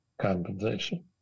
compensation